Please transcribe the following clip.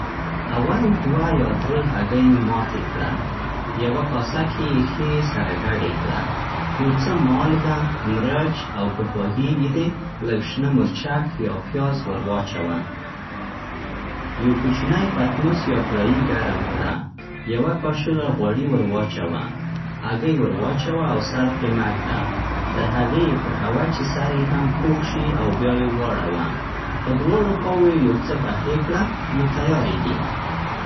اول دوه یا درې هګۍ ماتې کړه. یوه کاسه کې یې ښې سره ګډې کړه. یو څه مالګه، مرچ، او که خوښېږي دې لږ شنه مرچک یا پياز ور واچوه. یو کوچنی پتنوس یا کړايي ګرم کړه. یوه کاچوغه غوړي ور واچوه. هګۍ ور واچوه او سر پرې مه ږده. تر هغه يې پخوه چې سر یې هم پوخ شي او بیا یې واړوه. په دواړو خواوو یې یو څه پخې کړه، نو تیارې دي.